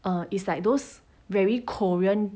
err is like those very korean